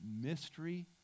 mystery